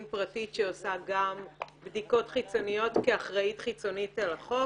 פרטית שעושה גם בדיקות חיצוניות כאחראית חיצונית על החוק.